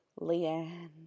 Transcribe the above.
Leanne